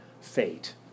fate